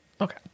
Okay